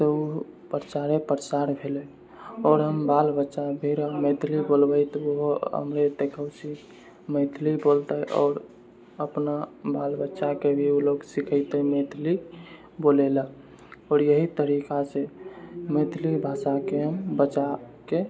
तऽ ओ प्रचारे प्रसार भेलै आओर हम बाल बच्चा भेल मैथिली बोलबै तऽ ओहो हमरे देखौंसी मैथिली बोलतै आओर अपना बाल बच्चाके भी लोक सिखेतै मैथिली बोलै लऽ आओर इएह तरीकासँ मैथिली भाषाके बचाबके